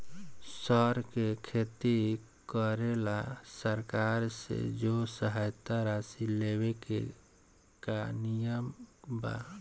सर के खेती करेला सरकार से जो सहायता राशि लेवे के का नियम बा?